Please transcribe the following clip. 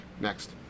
Next